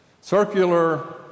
circular